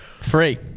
free